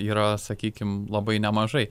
yra sakykim labai nemažai